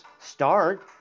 start